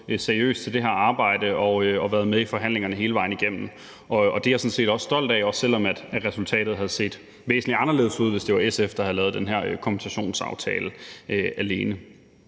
seriøst til det her arbejde og har været med i forhandlingerne hele vejen igennem. Det er jeg sådan set også stolt af, også selv om resultatet havde set væsentlig anderledes ud, hvis det var SF, der havde lavet den her kompensationsaftale alene.